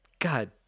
god